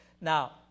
Now